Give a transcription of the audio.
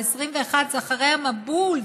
ו-2021 זה אחרי המבול,